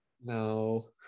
No